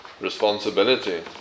Responsibility